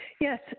Yes